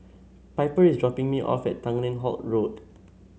Piper is dropping me off at Tanglin Halt Road